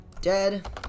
dead